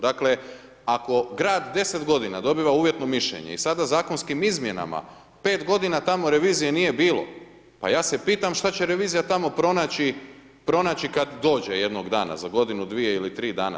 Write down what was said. Dakle, ako grad 10 godina dobiva uvjetno mišljenje i sada zakonskim izmjenama 5 godina tamo revizije nije bilo, pa ja se pitam što će revizija tamo pronaći kad dođe jednog dana za godinu, dvije ili tri dana.